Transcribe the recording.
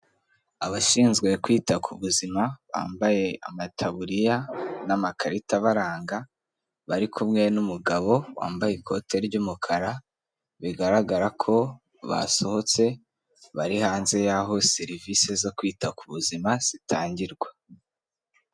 Abashinzwe kwita ku buzima, bambaye amataburiya n'amakarita abaranga, bari kumwe n'umugabo wambaye ikote ry'umukara, bigaragara ko basohotse bari hanze y'aho serivisi zo kwita ku buzima zitangirwa.